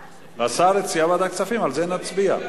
השר הציע ועדת הכספים, על זה נצביע.